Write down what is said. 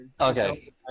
Okay